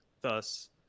Thus